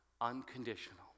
unconditional